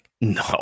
No